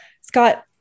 Scott